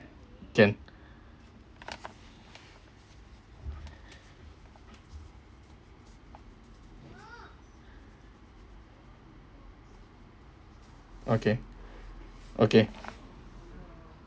can okay okay